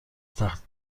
تخت